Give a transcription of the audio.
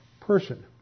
person